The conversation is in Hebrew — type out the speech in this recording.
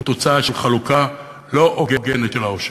הוא תוצאה של חלוקה לא הוגנת של העושר.